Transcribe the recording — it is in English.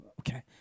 Okay